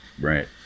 Right